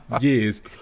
Years